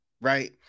right